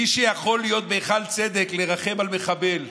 מי שיכול להיות בהיכל צדק, לרחם על מחבל,